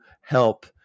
help